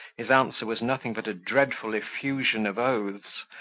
his answer was nothing but a dreadful effusion of oaths,